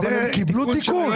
אבל הם קיבלו תיקון.